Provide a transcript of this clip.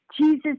Jesus